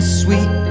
sweet